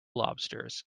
lobsters